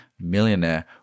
millionaire